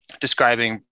describing